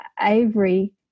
Avery